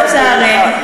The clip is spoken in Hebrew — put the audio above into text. לצערי,